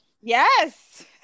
yes